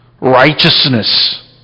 righteousness